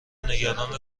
نگران